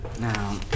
Now